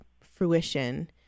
fruition